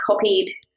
copied